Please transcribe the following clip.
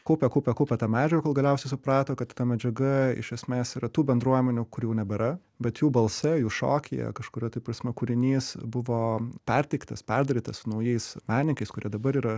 kaupė kaupė kaupė medžiagą kol galiausiai suprato kad ta medžiaga iš esmės yra tų bendruomenių kurių nebėra bet jų balsai jų šokiai jie kažkuria prasme kūrinys buvo perteiktas perdarytas su naujais menininkais kurie dabar yra